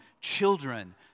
children